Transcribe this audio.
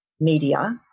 media